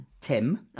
Tim